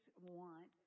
want